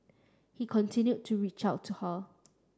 he continued to reach out to her